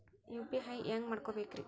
UPI ಹ್ಯಾಂಗ ಮಾಡ್ಕೊಬೇಕ್ರಿ?